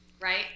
Right